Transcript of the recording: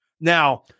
Now